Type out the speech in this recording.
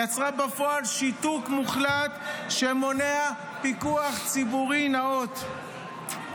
יצרה בפועל שיתוק מוחלט שמונע פיקוח ציבורי נאות.